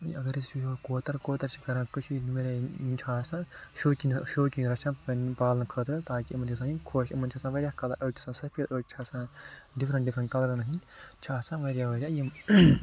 اَگر أسۍ وُچھٕو کوتَر کوتَر چھِ کران کٔشیٖرِ ہِنٛدۍ واریاہ یِم چھِ آسان شوقیٖن شوقیٖن رَچھن پَنٛنہِ پالَن خٲطرٕ تاکہ یِمَن چھِ گژھان یہِ خۄش یِمَن چھِ آسان واریاہ کَلَر أڈۍ چھِ آسان سفید أڈۍ چھِ آسان ڈِفرَنٛٹ ڈِفرَنٛٹ کَلرَن ۂنٛدۍ چھِ آسان واریاہ واریاہ یِم